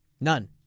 None